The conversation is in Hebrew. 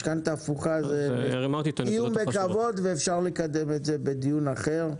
משכנתא הפוכה זה דיון ואפשר לקדם את זה בדיון אחר.